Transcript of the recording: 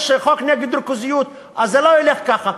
יש חוק נגד ריכוזיות, אז זה לא ילך ככה.